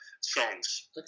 songs